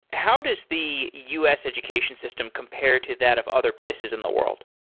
how does the u s. education system compare to that of other places in the world?